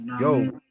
Yo